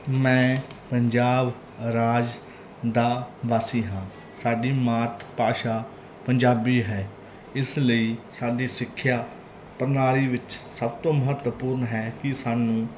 ਮੈਂ ਪੰਜਾਬ ਰਾਜ ਦਾ ਵਾਸੀ ਹਾਂ ਸਾਡੀ ਮਾਤ ਭਾਸ਼ਾ ਪੰਜਾਬੀ ਹੈ ਇਸ ਲਈ ਸਾਡੀ ਸਿੱਖਿਆ ਪ੍ਰਣਾਲੀ ਵਿੱਚ ਸਭ ਤੋਂ ਮਹੱਤਵਪੂਰਨ ਹੈ ਕਿ ਸਾਨੂੰ